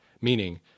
meaning